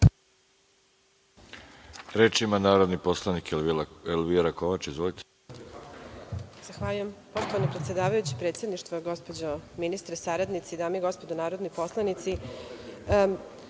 Reč ima narodni poslanik Elvira Kovač. Izvolite.